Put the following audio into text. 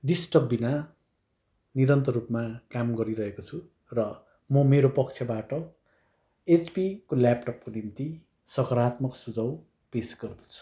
disturb बिना निरन्तर रूपमा काम गरिरहेको छु र म मेरो पक्षबाट एचपीको ल्यापटपको निम्ति सकारात्मक सुझाव पेस गर्दछु